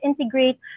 integrate